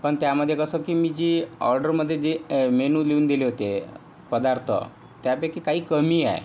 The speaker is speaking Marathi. पण त्यामध्ये कसं की मी जी ऑर्डरमध्ये जे मेनू लिहून दिले होते पदार्थ त्यापैकी काही कमी आहे